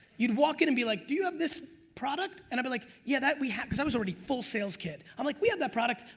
you'd walk in and be like do you have um this product? and i'd be like yeah that we ha because i was already full sales kid. i'm like we have that product,